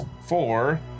Four